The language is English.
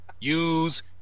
use